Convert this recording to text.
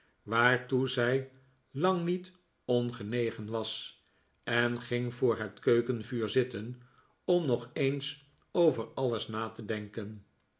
waartoe zij lang niet ongenegen was en ging voor het keukenvuur zitten om nog eens over alles na te denken